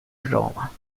roma